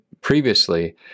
previously